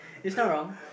is not wrong